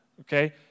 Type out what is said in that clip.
okay